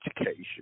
Education